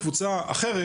זה שיש קבוצה אחרת,